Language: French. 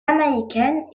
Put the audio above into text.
jamaïcaine